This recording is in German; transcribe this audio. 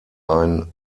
ein